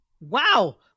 Wow